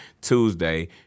Tuesday